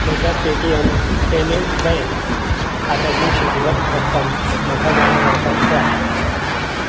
म्हज्या Paytm payments bank खात्यांतली शिल्लक रक्कम म्हाका जाणा जावपाक जाय